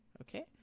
Okay